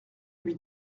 lui